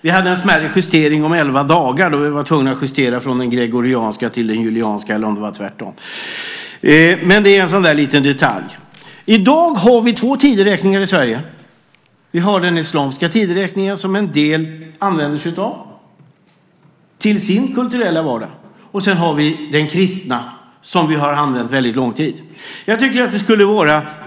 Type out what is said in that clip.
Senare gjordes en justering om elva dagar då vi övergick från den julianska kalendern till den gregorianska. Men det är en liten detalj. Det finns i dag två tideräkningar i Sverige. En del använder den islamiska tideräkningen i sin kulturella vardag. Dessutom finns den kristna tideräkningen, som vi har använt under mycket lång tid.